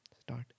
Start